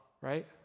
right